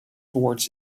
towards